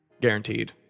Guaranteed